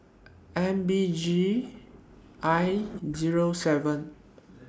M B G I Zero seven